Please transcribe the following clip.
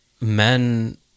men